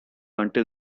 until